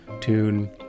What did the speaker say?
tune